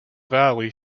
valley